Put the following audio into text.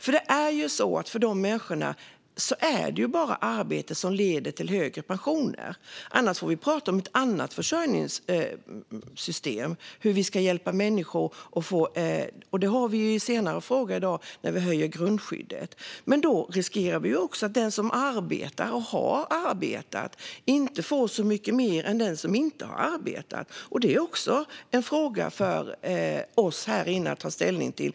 För de människorna är det bara arbete som leder till högre pensioner. Annars får vi prata om ett annat försörjningssystem. Det berör vi i ett senare ärende i dag gällande höjt grundskydd. Men då riskerar vi också att den som arbetar och har arbetat inte får så mycket mer än den som inte har arbetat. Detta är också en fråga för oss här inne att ta ställning till.